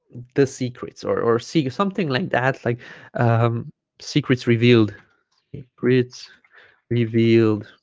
the secrets or or see something like that like um secrets revealed pretty revealed